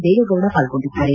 ದೇವೇಗೌಡ ಪಾಲ್ಗೊಂಡಿದ್ದಾರೆ